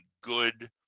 good